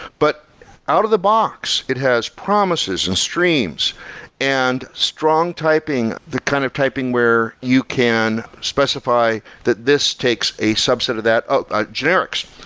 but out-of-the-box, it has promises and streams and strong typing, the kind of typing where you can specify that this takes a subset of that, oh, generics.